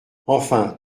enfin